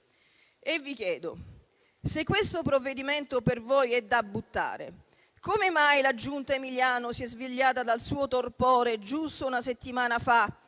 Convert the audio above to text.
vi chiedo: se questo provvedimento per voi è da buttare, come mai la giunta Emiliano si è svegliata dal suo torpore giusto una settimana fa,